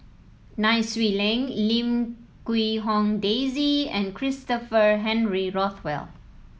Nai Swee Leng Lim Quee Hong Daisy and Christopher Henry Rothwell